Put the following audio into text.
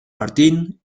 martín